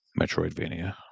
Metroidvania